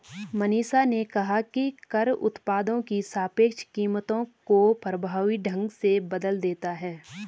मनीषा ने कहा कि कर उत्पादों की सापेक्ष कीमतों को प्रभावी ढंग से बदल देता है